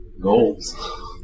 goals